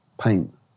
paint